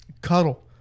Cuddle